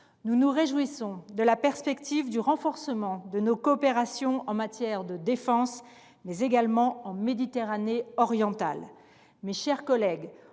Nous nous réjouissons de la perspective du renforcement de nos coopérations en matière de défense et en Méditerranée orientale. Mes chers collègues,